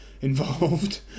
involved